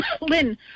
Lynn